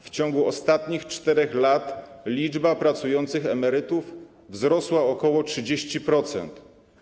W ciągu ostatnich 4 lat liczba pracujących emerytów wzrosła o ok. 30%.